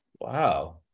wow